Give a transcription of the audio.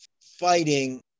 fighting